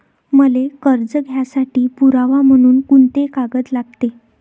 मले कर्ज घ्यासाठी पुरावा म्हनून कुंते कागद लागते?